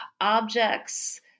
objects